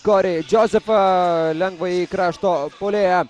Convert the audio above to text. kori džozefą lengvąjį krašto puolėją